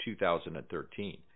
2013